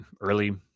early